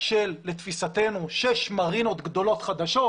של לתפיסתנו שש מרינות גדולות חדשות,